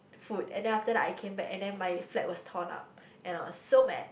food and then after that I came back and then my flag was torn up and I was so mad